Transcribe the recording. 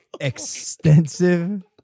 extensive